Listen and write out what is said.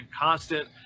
constant